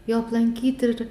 jo aplankyti ir